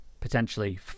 potentially